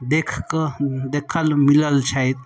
देखकऽ देखल मिलल छै